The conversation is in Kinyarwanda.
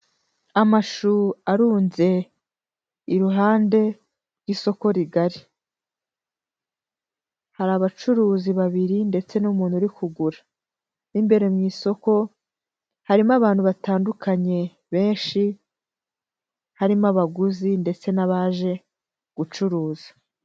Amashu arunze iruhande rw'isoko rigari, hari abacuruzi babiri ndetse n'umuntu uri kugura, mo imbere mu isoko harimo abantu batandukanye benshi, harimo abaguzi ndetse n'abaje gucuruza.